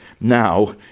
now